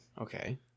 Okay